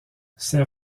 ces